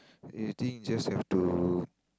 I think just have to